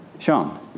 Sean